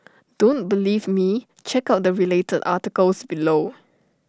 don't believe me check out the related articles below